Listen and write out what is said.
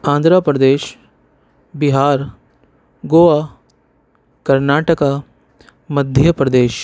Andhra Pradesh Bihar Goa Karnataka Madhya Pradesh